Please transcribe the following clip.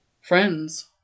Friends